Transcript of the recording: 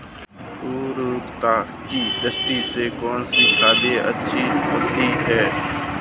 उर्वरकता की दृष्टि से कौनसी खाद अच्छी होती है?